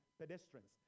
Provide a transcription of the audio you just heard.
pedestrians